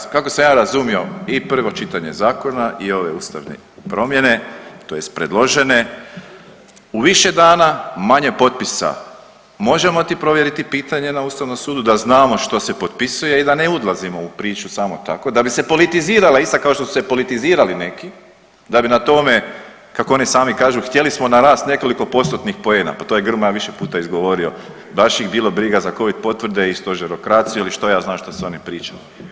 Jako, kako sam ja razumio i prvo čitanje zakona i ove ustavne promjene tj. predložene u više dana manje potpisa, možemo ti provjeriti pitanje na Ustavnom sudu da znamo što se potpisuje i da ne udlazimo u priču samo tako da bi se politizirala ista kao što su se politizirali neki, da bi na tome, kako oni sami kažu, htjeli smo narasti nekoliko postotnih poena, pa to je Grmoja više puta izgovorio, baš ih bilo briga za Covid potvrde i Stožerokraciju i što ja znam što su oni pričali.